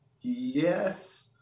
Yes